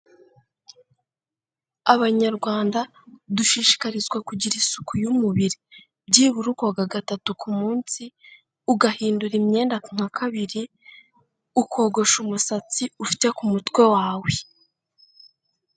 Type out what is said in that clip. Abanyarwanda dushishikarizwa kugira isuku y'umubiri, byibura ukoga gatatu ku munsi, ugahindura imyenda nka kabiri, ukogosha umusatsi ufite ku mutwe wawe.